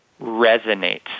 resonates